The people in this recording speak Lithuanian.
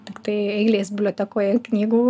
tiktai eilės bibliotekoje knygų